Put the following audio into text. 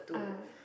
ah